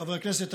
חברי הכנסת,